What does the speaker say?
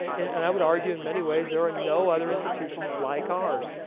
and i would argue in many ways there are no other institutions like ours,